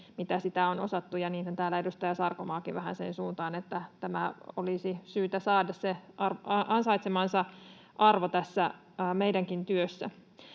kuin on osattu, ja niinhän täällä edustaja Sarkomaakin sanoi vähän siihen suuntaan, että tämän olisi syytä saada ansaitsemansa arvo tässä meidänkin työssämme.